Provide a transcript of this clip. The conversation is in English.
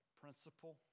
principle